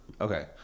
Okay